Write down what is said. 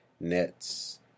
Nets